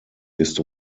ist